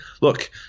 look